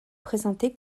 présenté